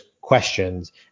questions